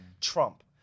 Trump